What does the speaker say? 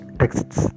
texts